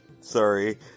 Sorry